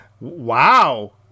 Wow